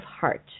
Heart